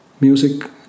Music